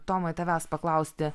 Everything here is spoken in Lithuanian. tomai tavęs paklausti